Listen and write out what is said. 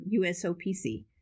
USOPC